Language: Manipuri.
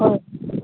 ꯍꯣꯏ